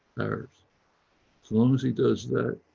as long as he does that,